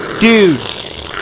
Dude